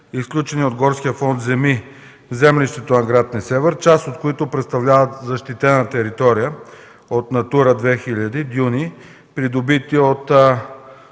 изключени от горския фонд земи в землището на гр. Несебър, част от които представляват защитена територия от „Натура 2000” – дюни, придобити от